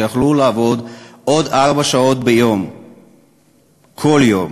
שיכלו לעבוד עוד ארבע שעות בכל יום,